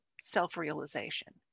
self-realization